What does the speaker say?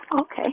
Okay